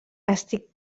estic